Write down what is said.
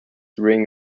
ring